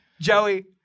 Joey